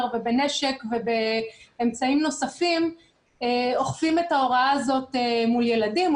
ובנשק ובאמצעים נוספים אוכפים את ההוראה הזאת מול ילדים,